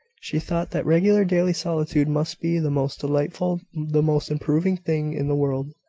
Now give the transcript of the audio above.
she thought that regular daily solitude must be the most delightful, the most improving thing in the world.